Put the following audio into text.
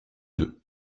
deux